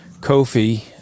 Kofi